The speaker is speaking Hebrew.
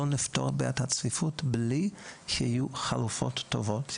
לא נפתור את בעיית הצפיפות בלי שיהיו חלופות טובות,